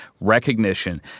recognition